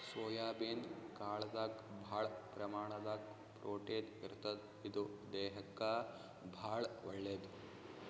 soybean ಕಾಳ್ದಾಗ್ ಭಾಳ್ ಪ್ರಮಾಣದಾಗ್ ಪ್ರೊಟೀನ್ ಇರ್ತದ್ ಇದು ದೇಹಕ್ಕಾ ಭಾಳ್ ಒಳ್ಳೇದ್